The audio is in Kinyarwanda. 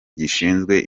gishinzwe